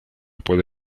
puede